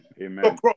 Amen